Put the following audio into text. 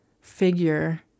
figure